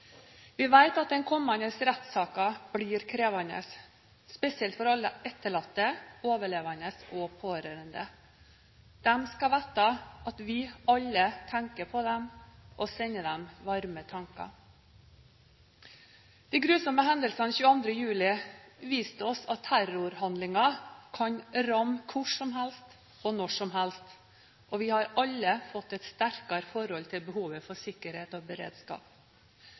Vi vet at den kommende rettssaken blir krevende, spesielt for alle etterlatte, overlevende og pårørende. De skal vite at vi alle tenker på dem og sender dem varme tanker. De grusomme hendelsene 22. juli viste oss at terrorhandlinger kan ramme hvor som helst og når som helst. Vi har alle fått et sterkere forhold til behovet for sikkerhet og beredskap.